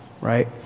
right